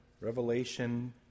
Revelation